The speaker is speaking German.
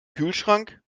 kühlschrank